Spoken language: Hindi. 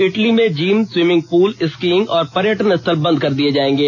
इटली में जिन स्वीमिंग पुल स्कीइंग और पर्यटन स्थल बंद किए जाएंगे